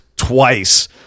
twice